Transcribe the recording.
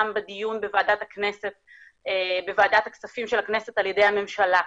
בדיון בוועדת הכספים של הכנסת על-ידי הממשלה.